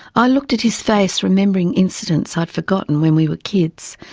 i looked at his face remembering incidents i'd forgotten when we were kids.